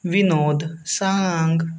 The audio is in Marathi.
विनोद सांग